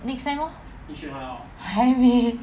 next sem lor 还没